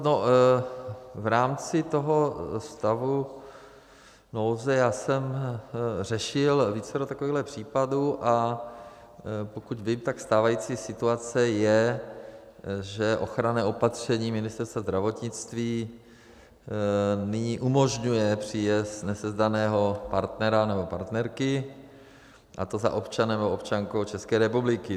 V rámci toho stavu nouze jsem řešil vícero takových případů, a pokud vím, tak stávající situace je, že ochranné opatření Ministerstva zdravotnictví nyní umožňuje příjezd nesezdaného partnera nebo partnerky, a to za občanem nebo občankou České republiky.